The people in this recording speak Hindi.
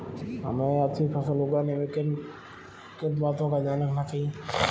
हमें अच्छी फसल उगाने में किन किन बातों का ध्यान रखना चाहिए?